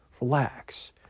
relax